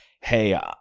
Hey